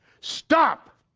stop!